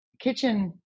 kitchen